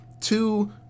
two